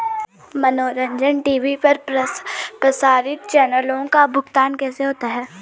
मनोरंजन टी.वी पर प्रसारित चैनलों का भुगतान कैसे होता है?